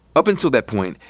up until that point,